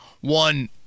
one